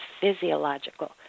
physiological